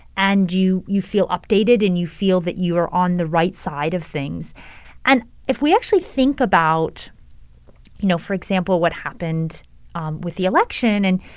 and you you feel updated and you feel that you are on the right side of things and if we actually think about, you know, for example, what happened um with the election, and,